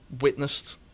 witnessed